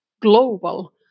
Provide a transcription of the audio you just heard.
Global